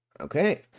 Okay